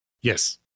Yes